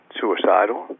suicidal